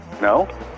No